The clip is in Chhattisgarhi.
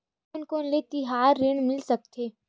कोन कोन ले तिहार ऋण मिल सकथे?